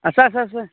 আছে আছে আছে